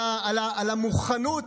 על המוכנות,